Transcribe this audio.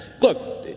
Look